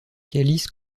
calice